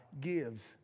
gives